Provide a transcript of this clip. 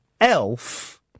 elf